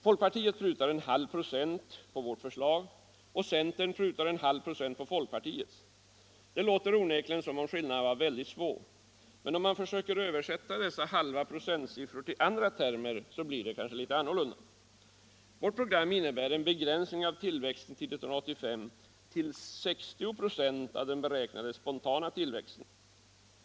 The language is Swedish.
Folkpartiet prutar en halv procent på vårt förslag och centern prutar en halv procent på folkpartiets. Det låter onekligen som om skillnaderna var väldigt små. Men om man försöker översätta dessa halva procentsiffror till andra termer blir det annorlunda. Vårt program innebär en begränsning av tillväxten till 1985 till 60 96 av den beräknade spontana tillväxten.